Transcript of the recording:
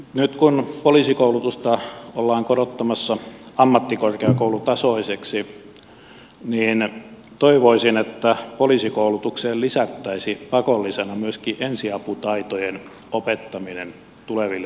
nyt kun poliisikoulutusta ollaan korottamassa ammattikorkeakoulutasoiseksi niin toivoisin että poliisikoulutukseen lisättäisiin pakollisena myöskin ensiaputaitojen opettaminen tuleville poliiseille